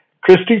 Christy